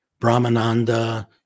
Brahmananda